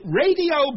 radio